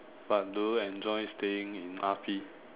but do you enjoy staying in R_P